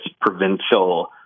provincial